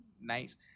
nice